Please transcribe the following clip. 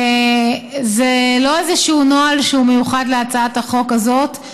זה לא איזשהו נוהל שהוא מיוחד להצעת החוק הזאת.